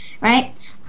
right